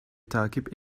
takip